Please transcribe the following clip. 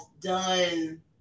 done